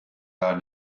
are